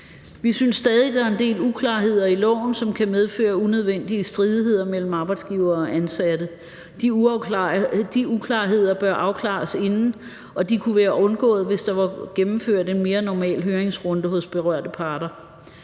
Vi synes stadig, der er en del uklarheder i lovforslaget, som kan medfører unødvendige stridigheder mellem arbejdsgivere og ansatte. De uklarheder bør afklares inden, og de kunne have været undgået, hvis der havde været gennemført en mere normal høringsrunde hos berørte parter.